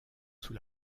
sous